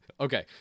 Okay